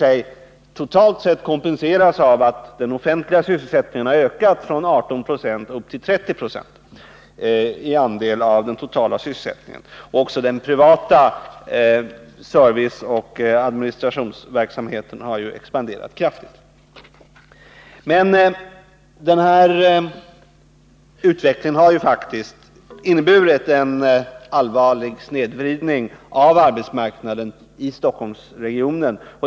Det har dock kompenserats av att den offentliga sysselsättningens andel av den totala sysselsättningen har ökat från 18 96 till ca 30 70. Också den privata serviceoch administrationsverksamheten har ju expanderat kraftigt. Denna utveckling har faktiskt inneburit en allvarlig snedvridning av arbetsmarknaden i Stockholmsregionen.